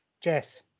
Jess